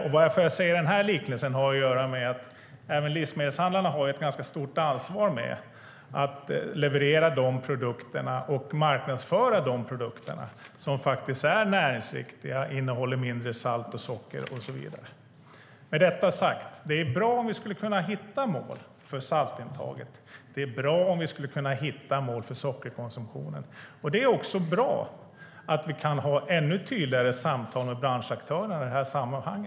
Att jag gör denna liknelse har att göra med att även livsmedelshandlarna har ett stort ansvar för att leverera och marknadsföra produkter som är näringsriktiga, innehåller mindre salt och socker och så vidare. Med detta sagt är det bra om vi skulle kunna hitta mål för saltintaget. Det är bra om vi skulle kunna hitta mål för sockerkonsumtionen. Det är också bra att vi kan ha ännu tydligare samtal med branschaktörerna i detta sammanhang.